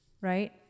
Right